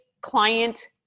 client